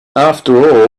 after